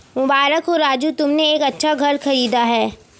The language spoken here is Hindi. मुबारक हो राजू तुमने एक अच्छा घर खरीदा है